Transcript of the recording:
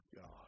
God